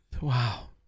wow